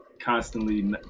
constantly